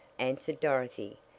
answered dorothy.